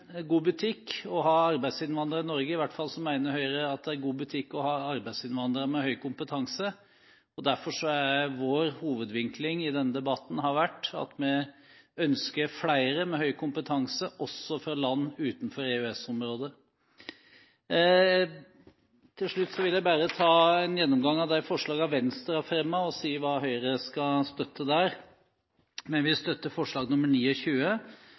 god butikk å ha arbeidsinnvandrere i Norge. Høyre mener i hvert fall at det er god butikk å ha arbeidsinnvandrere med høy kompetanse, og derfor har vår hovedvinkling i denne debatten vært at vi ønsker flere med høy kompetanse, også fra land utenfor EØS-området. Til slutt vil jeg bare ta en gjennomgang av de forslagene Venstre har fremmet, og si hva Høyre skal støtte der. Vi vil støtte forslag